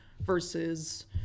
versus